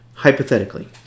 Hypothetically